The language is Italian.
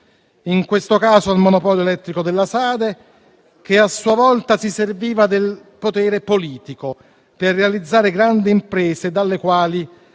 in questo caso il monopolio elettrico della SADE, che a sua volta si serviva del potere politico per realizzare grandi imprese dalle quali